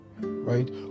right